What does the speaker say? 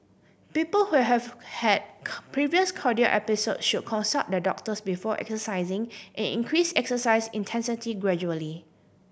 people who have had previous cardiac episode should consult their doctors before exercising and increase exercise intensity gradually